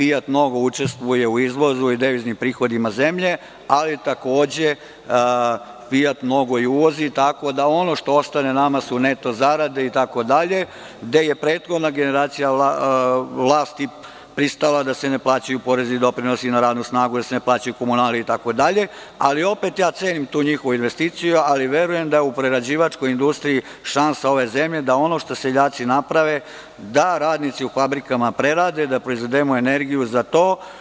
Fijat“ mnogo učestvuje u izvozu i deviznim prihodima zemlje, ali takođe „Fijat“ mnogo uvozi, tako da ono što ostane nama su neto zarade itd, gde je prethodna generacija vlasti pristala da se plaćaju porezi i doprinosi na radnu snagu, da se ne plaćaju komunalije itd, ali opet ja cenim tu njihovu investiciju i verujem da je u prerađivačkoj industriji šansa ove zemlje, da ono što seljaci naprave radnici u fabrikama prerade, da proizvedemo energiju za to.